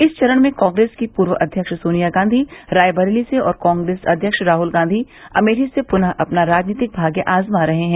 इस चरण में कांग्रेस की पूर्व अध्यक्ष सोनिया गांधी रायबरेली से और कांग्रेस अध्यक्ष राहुल गांधी अमेठी से पुनः अपना राजनीतिक भाग्य आज़मा रहे हैं